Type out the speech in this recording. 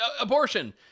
abortion